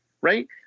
right